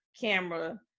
camera